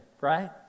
right